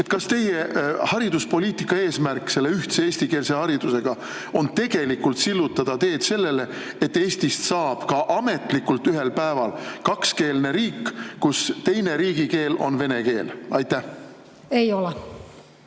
Kas teie hariduspoliitika eesmärk selle ühtse eestikeelse haridusega on tegelikult sillutada teed sellele, et Eestist saab ka ametlikult ühel päeval kakskeelne riik, kus teine riigikeel on vene keel? Ei ole. Ei ole.